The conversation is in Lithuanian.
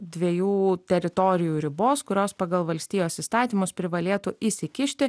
dviejų teritorijų ribos kurios pagal valstijos įstatymus privalėtų įsikišti